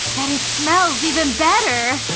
and it smells even better.